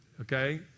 Okay